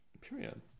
Period